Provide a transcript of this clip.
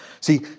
See